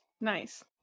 Nice